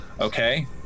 okay